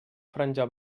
franja